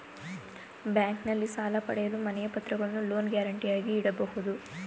ಬ್ಯಾಂಕ್ನಲ್ಲಿ ಸಾಲ ಪಡೆಯಲು ಮನೆಯ ಪತ್ರಗಳನ್ನು ಲೋನ್ ಗ್ಯಾರಂಟಿಗಾಗಿ ಇಡಬಹುದು